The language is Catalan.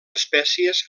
espècies